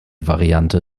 variante